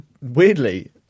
weirdly